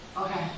Okay